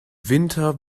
winter